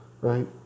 Right